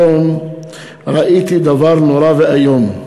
היום ראיתי דבר נורא ואיום: